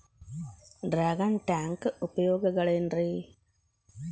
Dragon tank ಉಪಯೋಗಗಳೆನ್ರಿ?